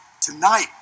Tonight